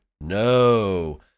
No